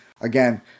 again